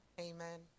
Amen